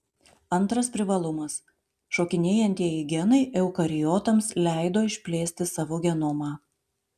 antras privalumas šokinėjantieji genai eukariotams leido išplėsti savo genomą